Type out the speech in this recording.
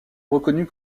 reconnu